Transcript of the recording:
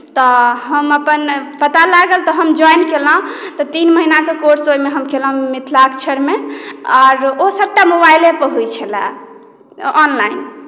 तऽ हम अपन पता लागल तऽ हम ज्वाइन केलहुँ तऽ तीन महिनाके कोर्स ओहिमे हम केलहुँ मिथिलाक्षरमे आर ओ सभटा मोबाइलेपर होइत छले ऑनलाइन